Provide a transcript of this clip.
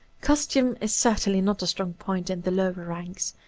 costume is certainly not a strong point in the lower ranks,